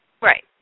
Right